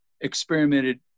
experimented